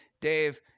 Dave